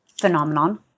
phenomenon